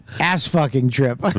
Ass-fucking-trip